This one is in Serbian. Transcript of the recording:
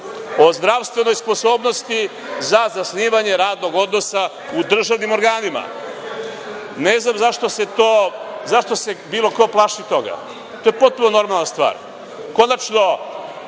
o zdravstvenoj sposobnosti za zasnivanje radnog odnosa u državnim organima. Ne znam zašto se bilo ko plaši toga. To je potpuno normalna stvar. Konačno,